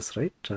right